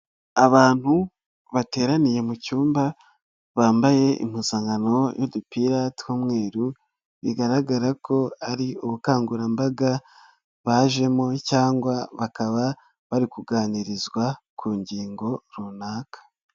Abantu bateraniye mu cyumba bambaye impuzankano y'udupira tw'umweru, bigaragara ko ari ubukangurambaga bajemo cyangwa bakaba bari kuganirizwa ku ngingo runaka.